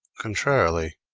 contrarily,